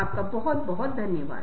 आपका धन्यवाद